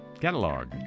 Catalog